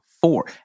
four